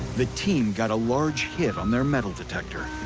the team got a large hit on their metal detector.